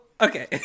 okay